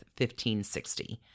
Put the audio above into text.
1560